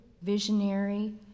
visionary